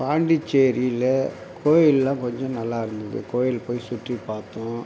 பாண்டிச்சேரியில் கோயில்லாம் கொஞ்சம் நல்லா இருந்தது கோவில் போய் சுற்றிப்பார்த்தோம்